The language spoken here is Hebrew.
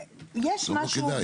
גם לא כדאי.